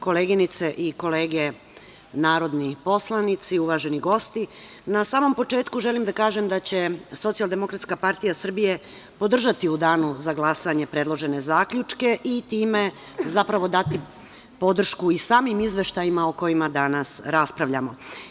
Koleginice i kolege narodni poslanici, uvaženi gosti, na samom početku želim da kažem da će Socijaldemokratska partija Srbije podržati u danu za glasanje predložene zaključke i time, zapravo, dati podršku i samim izveštajima o kojima danas raspravljamo.